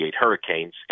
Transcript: hurricanes